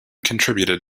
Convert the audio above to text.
contributed